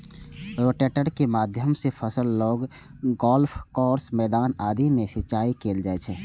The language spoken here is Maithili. रोटेटर के माध्यम सं फसल, लॉन, गोल्फ कोर्स, मैदान आदि मे सिंचाइ कैल जाइ छै